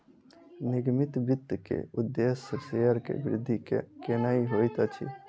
निगमित वित्त के उदेश्य शेयर के वृद्धि केनै होइत अछि